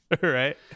right